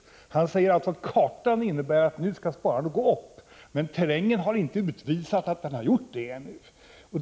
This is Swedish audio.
Roland Sundgren säger att kartan innebär att sparandet nu skall gå upp, men terrängen har inte utvisat att det har gjort det ännu.